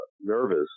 nervous